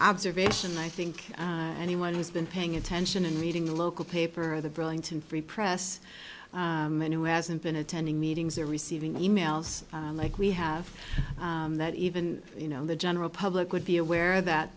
observation i think anyone who's been paying attention and reading the local paper or the burlington free press and who hasn't been attending meetings or receiving emails like we have that even you know the general public would be aware that